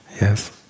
Yes